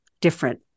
different